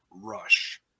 Rush